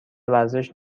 ورزش